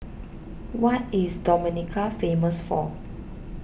what is Dominica famous for